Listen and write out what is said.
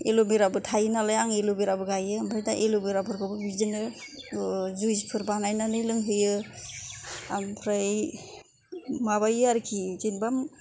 एलबेराबो थायो नालाय आं एलबेराबो गाइयो ओमफ्राय दा एलबेराफोरखौबो बिदिनो जुइसफोर बानायनानै लोंहोयो ओमफ्राय माबायो आरोखि जेन'बा